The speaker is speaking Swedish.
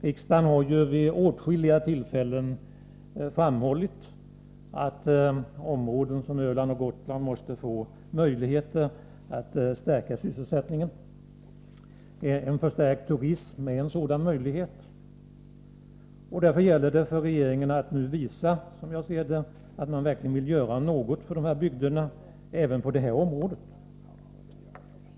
Riksdagen har ju vid åtskilliga tillfällen framhållit att områden som Öland och Gotland måste få möjligheter att stärka sysselsättningen. En utökad turism är en sådan möjlighet. Därför gäller det för regeringen att nu visa — som jag ser det — att man verkligen vill göra något för dessa bygder även på det här området.